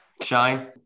Shine